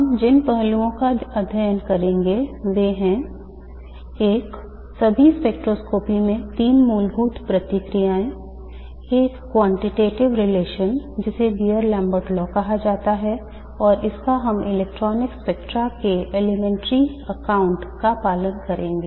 हम जिन पहलुओं का अध्ययन करेंगे वे हैं एक सभी स्पेक्ट्रोस्कोपी में तीन मूलभूत प्रक्रियाएं एक quantitative relation जिसे Beer Lambert law कहा जाता है और इसका हम इलेक्ट्रॉनिक स्पेक्ट्रा के elementary account का पालन करेंगे